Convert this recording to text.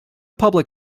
public